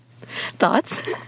Thoughts